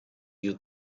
you